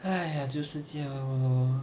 aye 这样就是 lor